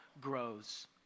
grows